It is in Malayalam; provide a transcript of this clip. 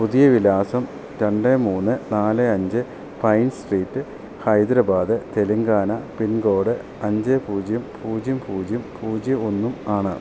പുതിയ വിലാസം രണ്ട് മൂന്ന് നാല് അഞ്ച് Pine Street Hyderabad Telangana pincode അഞ്ച് പൂജ്യം പൂജ്യം പൂജ്യം പൂജ്യം ഒന്നും ആണ്